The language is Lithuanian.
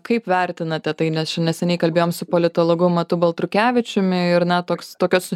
kaip vertinate tai nes čia neseniai kalbėjome su politologu matu baltrukevičiumi ir na toks tokios